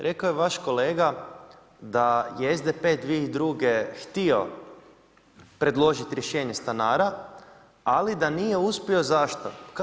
Rekao je vaš kolega da je SDP 2002. htio predložiti rješenje stanara ali da nije uspio, zašto?